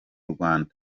rwanda